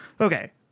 Okay